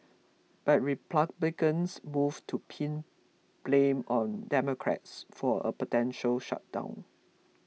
but Republicans moved to pin blame on Democrats for a potential shutdown